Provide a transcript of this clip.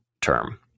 term